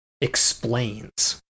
explains